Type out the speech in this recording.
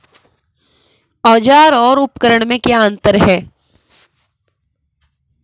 औज़ार और उपकरण में क्या अंतर है?